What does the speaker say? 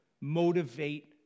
motivate